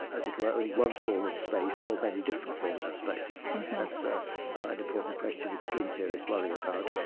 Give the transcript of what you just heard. as it were, only one form of space or many different forms of space mm-hmm that's ah an important question, which string theorists worry about.